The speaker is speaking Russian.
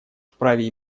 вправе